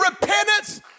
repentance